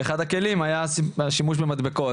ואחד הכלים היה השימוש במדבקות.